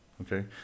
okay